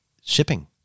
shipping